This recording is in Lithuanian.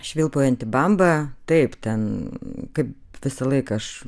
švilpaujanti bamba taip ten kaip visą laiką aš